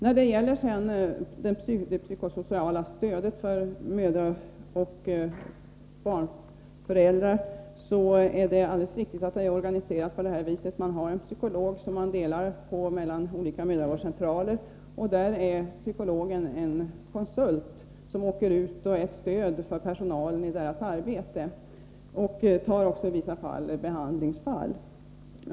När det gäller det psykosociala stödet för föräldrar är det alldeles riktigt att det är organiserat på ett sådant sätt att en psykolog får cirkulera mellan olika mödravårdscentraler och barnavårdscentraler. I detta fall är psykologen en konsult, vilket innebär att psykologen utgör ett stöd för personalen i dess arbete. Psykologen åtar sig också vissa behandlingsfall.